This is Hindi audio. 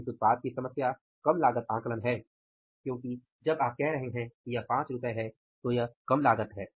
इस उत्पाद की समस्या कम लागत आकलन है क्योंकि जब आप कह रहे हैं कि यह 5 रु है तो यह कम लागत है